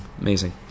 amazing